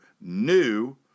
new